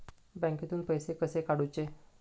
बँकेतून पैसे कसे काढूचे?